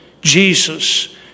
Jesus